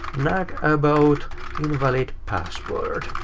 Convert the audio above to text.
nag about invalid password.